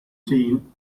seen